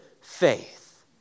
faith